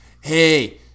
hey